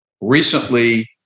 Recently